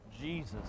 Jesus